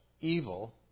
evil